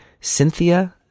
Cynthia